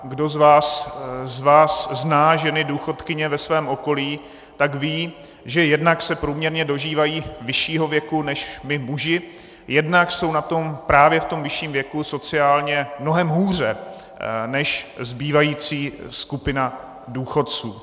Kdo z vás zná ženy důchodkyně ve svém okolí, tak ví, že jednak se průměrně dožívají vyššího věku než my muži, jednak jsou na tom právě v tom vyšším věku sociálně mnohem hůře než zbývající skupina důchodců.